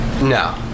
No